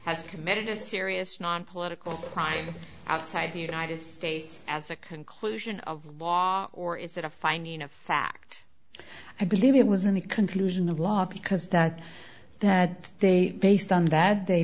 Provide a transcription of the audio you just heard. has committed a serious nonpolitical crime outside the united states as a conclusion of law or is that a finding of fact i believe it was in the conclusion of law because that that they based on that